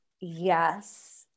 Yes